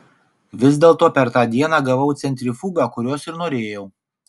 vis dėlto per tą dieną gavau centrifugą kurios ir norėjau